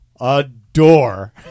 adore